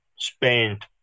spent